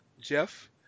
Jeff